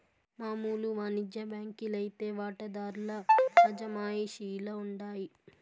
మామూలు వానిజ్య బాంకీ లైతే వాటాదార్ల అజమాయిషీల ఉండాయి